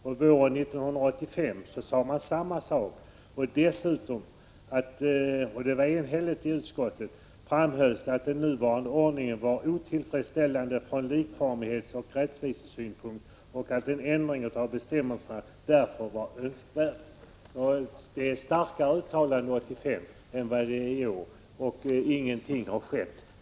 Våren 1985 sade man samma sak. Dessutom framhölls det — och det gjordes enhälligt — att den nuvarande ordningen var otillfredsställande från likformighetsoch rättvisesynpunkt och att en ändring av bestämmelserna därför var önskvärd. Det var ett starkare uttalande 1985 än det är i år, och ingenting har skett.